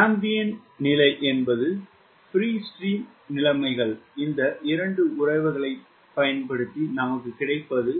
ambient நிலை என்பது free stream நிலைமைகள் இந்த 2 உறவுகளைப் பயன்படுத்தி நமக்கு கிடைப்பது